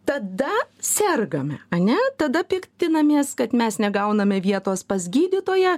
tada sergame ane tada piktinamės kad mes negauname vietos pas gydytoją